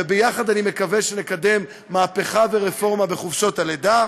וביחד אני מקווה שנקדם מהפכה ורפורמה בחופשות הלידה.